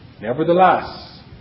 Nevertheless